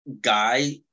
guy